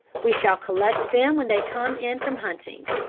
we shall collect them when they come in from hunting.